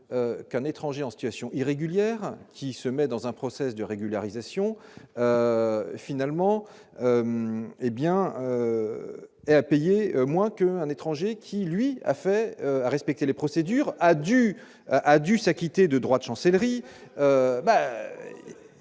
qu'un étranger en situation irrégulière qui se met dans un process de régularisation finalement. Eh bien. Payer moins que un étranger qui lui a fait respecter les procédures, a dû, a dû s'acquitter de droite chancelleries